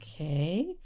okay